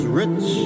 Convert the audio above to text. rich